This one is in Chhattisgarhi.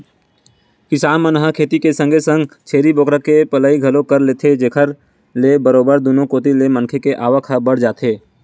किसान मन ह खेती के संगे संग छेरी बोकरा के पलई घलोक कर लेथे जेखर ले बरोबर दुनो कोती ले मनखे के आवक ह बड़ जाथे